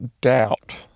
doubt